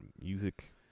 music